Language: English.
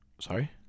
sorry